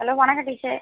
hello வணக்கம் teacher